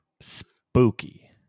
spooky